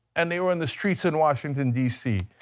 and they were in the streets in washington, dc.